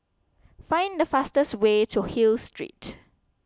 find the fastest way to Hill Street